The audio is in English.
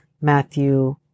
Matthew